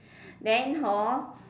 then hor